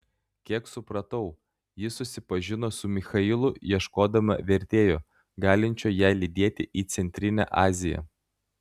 kiek supratau ji susipažino su michailu ieškodama vertėjo galinčio ją lydėti į centrinę aziją